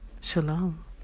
Shalom